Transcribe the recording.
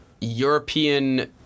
European –